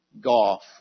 Golf